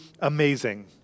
amazing